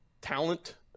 talent